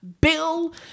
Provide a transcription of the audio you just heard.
bill